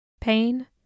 Pain